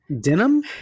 denim